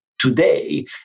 Today